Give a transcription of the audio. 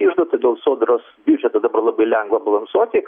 iždo todėl sodros biudžetą dabar labai lengva balansuoti